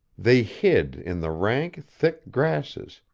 they hid in the rank, thick grasses.